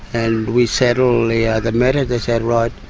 and we settle yeah the matter. they said, right,